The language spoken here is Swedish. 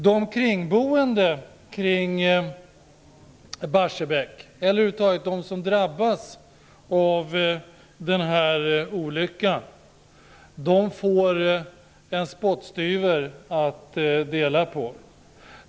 De som bor kring Barsebäck eller över huvud taget de som drabbas av den här olyckan får en spottstyver att dela på.